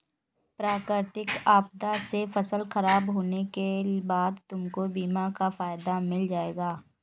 प्राकृतिक आपदा से फसल खराब होने के बाद तुमको बीमा का फायदा मिल जाएगा